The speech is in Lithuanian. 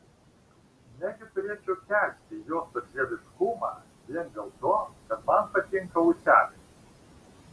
negi turėčiau kęsti jo storžieviškumą vien dėl to kad man patinka ūseliai